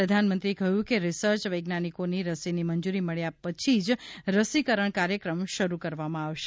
પ્રધાનમંત્રીએકહ્યું કે રિર્સય વૈજ્ઞાનિકોની રસીની મંજૂરી મળ્યા પછી જ રસીકરણ કાર્યક્રમ શરૂ કરવામાં આવશે